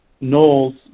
Knowles